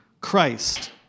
Christ